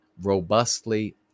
robustly